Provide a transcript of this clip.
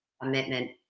Commitment